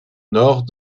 nord